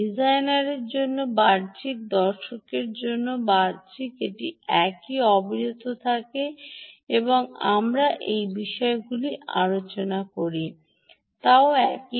ডিজাইনারের জন্য বাহ্যিক দর্শকের জন্য বাহ্যিক এটি একই অবিরত থাকে এবং আমরা যে বিষয়গুলি আলোচনা করি তাও একই